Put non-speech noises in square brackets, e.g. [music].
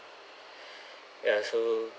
[breath] ya so